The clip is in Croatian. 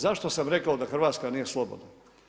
Zašto sam rekao da Hrvatska nije slobodna?